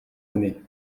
années